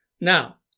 Now